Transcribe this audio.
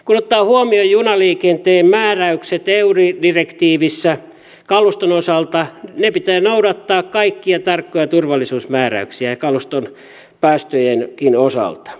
kun ottaa huomioon junaliikenteen määräykset eu direktiivissä kaluston osalta junien pitää noudattaa kaikkia tarkkoja turvallisuusmääräyksiä kaluston päästöjenkin osalta